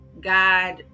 God